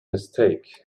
mistake